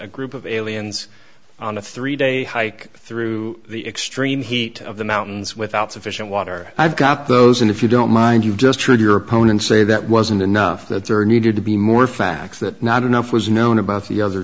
a group of aliens on a three day hike through the extreme heat of the mountains without sufficient water i've got those and if you don't mind you've just heard your opponents say that wasn't enough that there needed to be more facts that not enough was known about the other